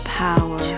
power